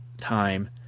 time